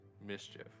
Mischief